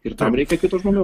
ir tam reikia kitų žmonių